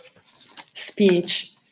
speech